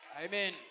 Amen